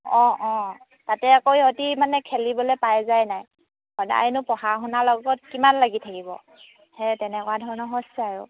অঁ অঁ তাতে আকৌ ইহঁতে মানে খেলিবলৈ পাই যায় নাই সদায়নো পঢ়া শুনাৰ লগত কিমান লাগি থাকিব সেই তেনেকুৱা ধৰণৰ হৈছে আৰু